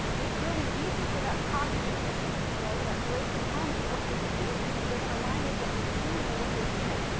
it's really easy for that cognitive dissidence, right, that break in harmony, what you're thinking doesn't align with what you're seeing or what you're hearing,